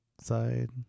side